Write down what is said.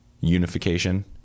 unification